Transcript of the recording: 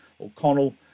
O'Connell